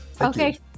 Okay